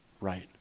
right